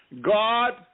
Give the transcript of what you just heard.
God